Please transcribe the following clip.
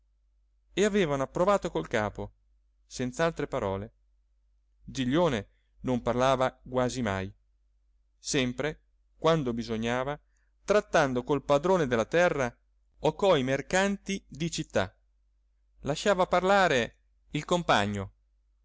e avevano approvato col capo senz'altre parole giglione non parlava quasi mai sempre quando bisognava trattando col padrone della terra o coi mercanti di città lasciava parlare il compagno